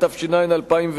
התש"ע 2010,